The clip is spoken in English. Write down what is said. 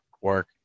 work